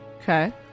Okay